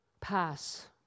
pass